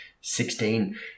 Sixteen